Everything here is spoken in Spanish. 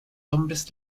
hombres